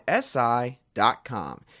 SI.com